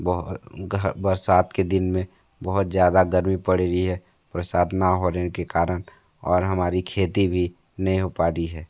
बह है घर बरसात के दिन में बहुत ज़्यादा गर्मी पड़ रही है बरसात न होने के कारण और हमारी खेती भी नहीं हो पा रही है